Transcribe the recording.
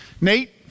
Nate